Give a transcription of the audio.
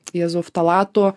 jiezau ftalatų